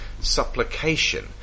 supplication